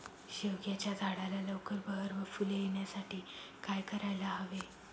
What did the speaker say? शेवग्याच्या झाडाला लवकर बहर व फूले येण्यासाठी काय करायला हवे?